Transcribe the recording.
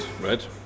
right